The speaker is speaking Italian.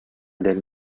del